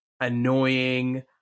annoying